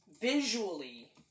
visually